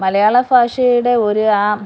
മലയാളഭാഷയുടെ ഒരു ആ